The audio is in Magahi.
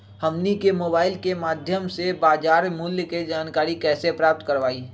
हमनी के मोबाइल के माध्यम से बाजार मूल्य के जानकारी कैसे प्राप्त करवाई?